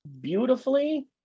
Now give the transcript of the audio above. beautifully